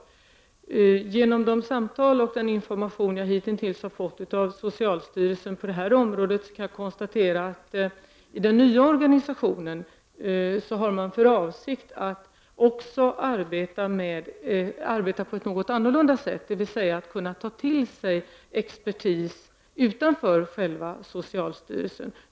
På grundval av förda samtal och den information jag hittills har fått från socialstyrelsen kan jag konstatera att man i den nya organisationen har för avsikt att också arbeta på ett något annorlunda sätt, nämligen genom att ta till sig expertis utanför socialstyrelsen.